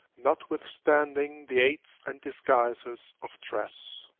notwithstanding the aids and disguises of dress.